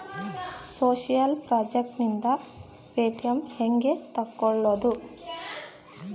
Social project ನಿಂದ payment ಹೆಂಗೆ ತಕ್ಕೊಳ್ಳದು?